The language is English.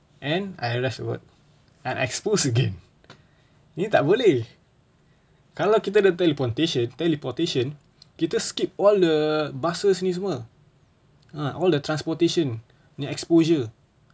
and I rest at work and exposed again ini tak boleh kalau kita dah teleportation teleportation kita skip all the buses ni semua ah all the transportation ini exposure